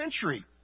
century